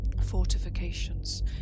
Fortifications